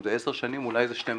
אם זה עשר שנים, אולי זה 12 שנים?